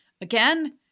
again